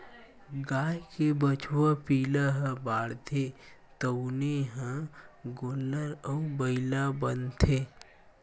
गाय के बछवा पिला ह बाढ़थे तउने ह गोल्लर अउ बइला बनथे